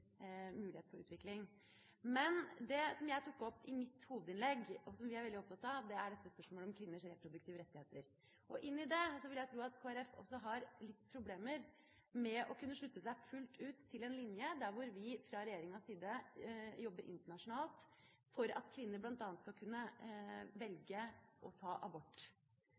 mulighet for utvikling. Men det som jeg tok opp i mitt hovedinnlegg, og som vi er veldig opptatt av, er spørsmålet om kvinners reproduktive rettigheter. Inn i det vil jeg tro at også Kristelig Folkeparti har litt problemer med å kunne slutte seg fullt ut til en linje der vi fra regjeringas side jobber internasjonalt for at kvinner bl.a. skal kunne velge å ta abort.